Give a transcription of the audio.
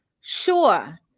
sure